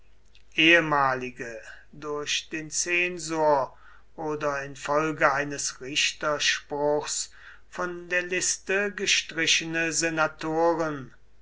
ehemalige durch den zensor oder infolge eines richterspruchs von der liste gestrichene senatoren